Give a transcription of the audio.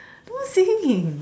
no singing